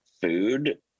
food